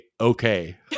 okay